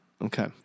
Okay